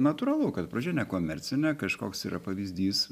natūralu kad pradžia nekomercinė kažkoks yra pavyzdys